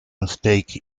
mistake